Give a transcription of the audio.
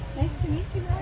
to meet you